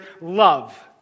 love